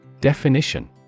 Definition